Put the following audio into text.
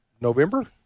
November